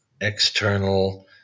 external